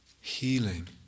Healing